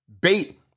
bait